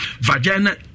vagina